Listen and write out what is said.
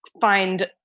find